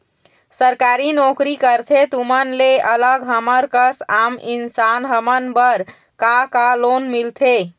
सरकारी नोकरी करथे तुमन ले अलग हमर कस आम इंसान हमन बर का का लोन मिलथे?